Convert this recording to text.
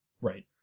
Right